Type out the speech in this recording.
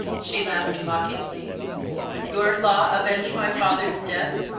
she laughed, mockingly would your law avenge my father's death,